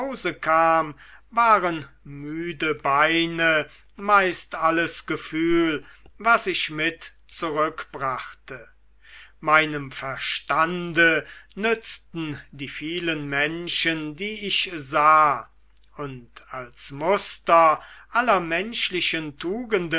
waren müde beine meist alles gefühl was ich mit zurückbrachte meinem verstande nützten die vielen menschen die ich sah und als muster aller menschlichen tugenden